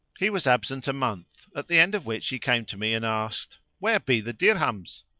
he was absent a month, at the end of which he came to me and asked, where be the dirhams?